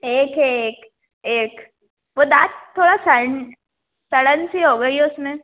एक है एक एक वो दाँत थोड़ा सन सड़न सी हो गई है उसमें